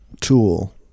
tool